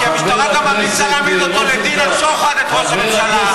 כי המשטרה גם ממליצה להעמיד אותו לדין על שוחד את ראש הממשלה.